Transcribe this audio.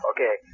Okay